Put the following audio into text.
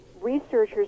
researchers